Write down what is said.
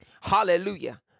Hallelujah